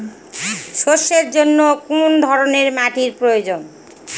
সরষের জন্য কোন ধরনের মাটির প্রয়োজন?